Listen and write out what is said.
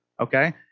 Okay